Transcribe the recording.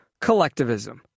collectivism